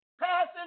passing